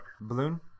balloon